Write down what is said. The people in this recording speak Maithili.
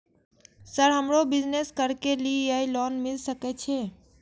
सर हमरो बिजनेस करके ली ये लोन मिल सके छे?